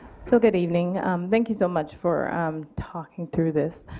so good evening thank you so much for um talking through this.